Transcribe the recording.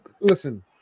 listen